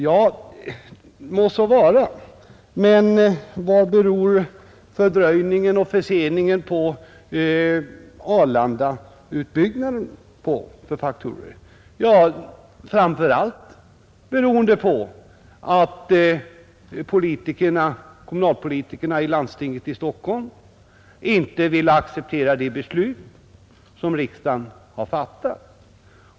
Må så vara, men vad beror fördröjningen och förseningen av Arlandautbyggnaden på för faktorer3 jo, framför allt på att kommunalpolitikerna i Stockholms läns landsting inte vill acceptera de beslut som riksdagen har fattat.